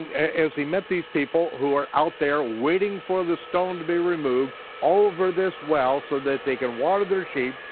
as he met these people who are out there waiting for the stone to be removed over this well so that they can water their sheep,